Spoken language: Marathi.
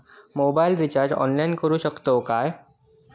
मोबाईल रिचार्ज ऑनलाइन करुक शकतू काय?